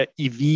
EV